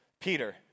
Peter